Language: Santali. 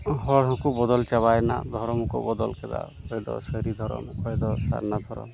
ᱦᱚᱲ ᱦᱚᱸᱠᱚ ᱵᱚᱫᱚᱞ ᱪᱟᱵᱟᱭᱮᱱᱟ ᱫᱷᱚᱨᱚᱢ ᱦᱚᱸᱠᱚ ᱵᱚᱫᱚᱞ ᱠᱮᱫᱟ ᱚᱠᱚᱭ ᱫᱚ ᱥᱟᱹᱨᱤ ᱫᱷᱚᱨᱚᱢ ᱚᱠᱚᱭ ᱫᱚ ᱥᱟᱨᱱᱟ ᱫᱷᱚᱨᱚᱢ